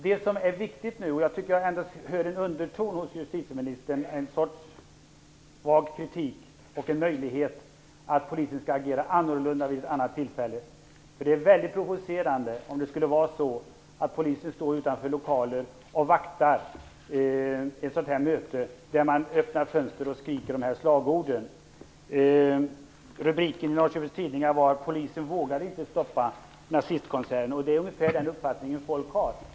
Jag tycker mig höra en underton av någon sorts vag kritik hos justitieministern och en möjlighet att polisen skall agera annorlunda vid ett annat tillfälle. Det är mycket provocerande om polisen står utanför lokalen och vaktar ett möte, där man öppnar fönstren och skriker de här slagorden. Rubriken i Norrköpings tidningar var: Polisen vågade inte stoppa nazistkonserten. Det är ungefär den uppfattning folk har.